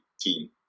team